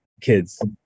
kids